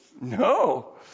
no